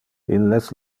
illes